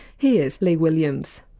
here's lea williams.